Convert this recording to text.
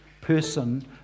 person